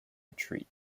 retreat